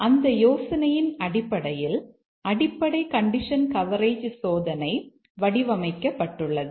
அந்த யோசனையின் அடிப்படையில் அடிப்படை கண்டிஷன் கவரேஜ் சோதனை வடிவமைக்கப்பட்டுள்ளது